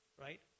Right